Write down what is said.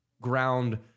ground